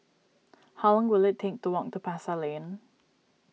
how will it take to walk to Pasar Lane